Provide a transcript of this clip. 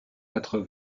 quatre